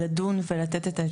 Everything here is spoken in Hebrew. אנחנו עוברים לנושא הבא,